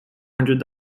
hundred